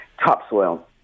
topsoil